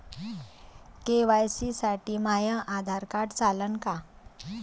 KYC साठी माह्य Aadhaar card चालन का?